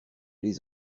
les